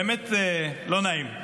באמת לא נעים.